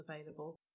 available